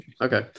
okay